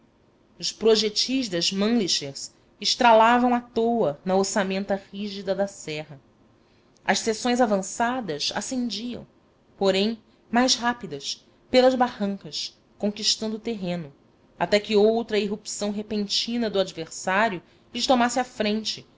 projetis das mannlichers estralavam à toa na ossamenta rígida da serra as seções avançadas ascendiam porém mais rápidas pelas barrancas conquistando o terreno até que outra irrupção repentina do adversário lhes tomasse a frente